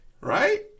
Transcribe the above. right